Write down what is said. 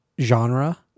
genre